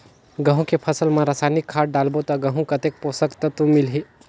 गंहू के फसल मा रसायनिक खाद डालबो ता गंहू कतेक पोषक तत्व मिलही?